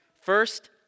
First